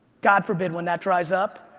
god forbid, when that dries up.